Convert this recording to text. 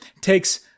takes